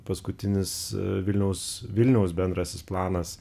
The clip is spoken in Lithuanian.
paskutinis vilniaus vilniaus bendrasis planas